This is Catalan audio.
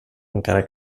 encara